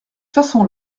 façon